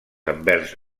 envers